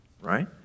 right